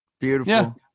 Beautiful